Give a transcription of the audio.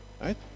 Right